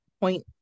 point